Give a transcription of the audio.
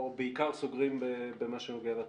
או בעיקר סוגרים במה שנוגע לתעופה.